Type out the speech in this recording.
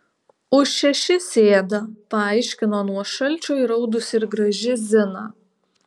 už šešis ėda paaiškino nuo šalčio įraudusi ir graži zina